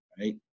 Right